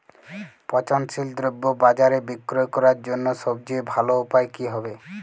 পচনশীল দ্রব্য বাজারে বিক্রয় করার জন্য সবচেয়ে ভালো উপায় কি হবে?